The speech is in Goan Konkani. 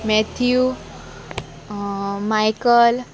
Matthew Michael